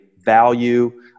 value